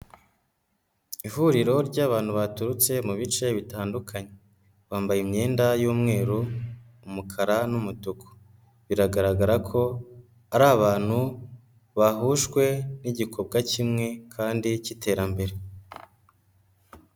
Ihuriro ry'abantu baturutse mu bice bitandukanye, bambaye imyenda y'umweru, umukara n'umutuku, biragaragara ko ari abantu bahujwe n'igikorwa kimwe kandi cy'iterambere.